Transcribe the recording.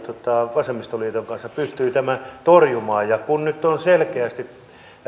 vasemmistoliiton kanssa pystyivät tämän torjumaan kun nyt selkeästi